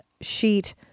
sheet